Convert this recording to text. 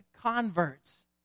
converts